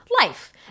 life